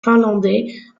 finlandais